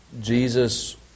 Jesus